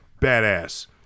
Badass